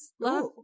love